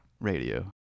Radio